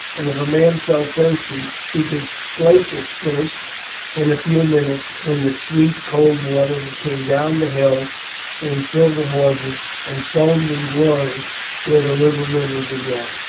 and if a man felt thirsty, he could slake his thirst in a few minutes in the sweet cold water that came down the hill in silver hawsers, and foamed in glory where the little river began.